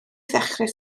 ddechrau